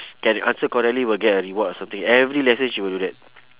can answer correctly will get a reward or something every lesson she will do that